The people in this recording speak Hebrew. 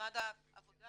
במשרד העבודה